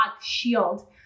shield